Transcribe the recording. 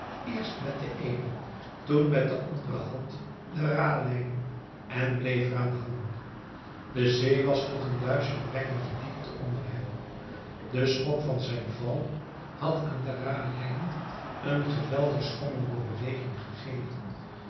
eerst met de eene toen met de andere hand de ralijn en bleef er aan hangen de zee was tot een duizelingwekkende diepte onder hem de schok van zijn val had aan de ralijn een geweldig schommelende beweging gegeven